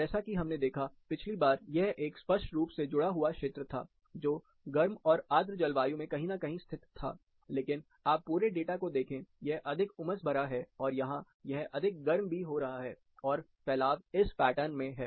जैसा कि हमने देखा पिछली बार यह एक स्पष्ट रूप से जुड़ा हुआ क्षेत्र था जो गर्म और आद्र जलवायु में कहीं न कहीं स्थित था लेकिन आप पूरे डेटा को देखें यह अधिक उमस भरा है और यहां यह अधिक गर्म भी हो रहा है और फैलाव इस पैटर्न में है